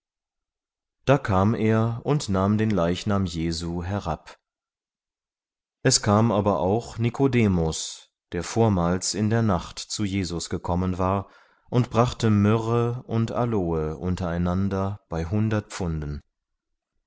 da kam er und nahm den leichnam jesu herab es kam aber auch nikodemus der vormals in der nacht zu jesus gekommen war und brachte myrrhe und aloe untereinander bei hundert pfunden